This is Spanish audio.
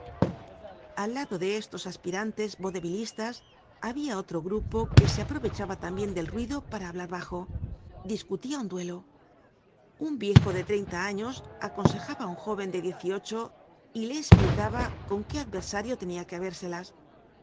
al lado de estos aspirantes vaudevillistas habia otro grupo que se aprovechaba tambien del ruido para hablar bajo discutia un duelo un viejo de treinta años aconsejaba á un jóven de diez y ocho y le esplicaba con qué adversario tenia que